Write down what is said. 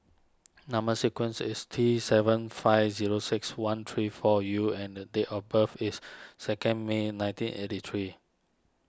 Number Sequence is T seven five zero six one three four U and the date of birth is second May nineteen eighty three